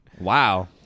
Wow